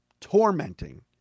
tormenting